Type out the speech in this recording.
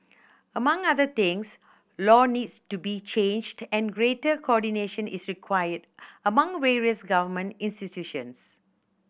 among other things law needs to be changed and greater coordination is required among various government institutions